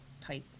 type